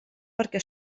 perquè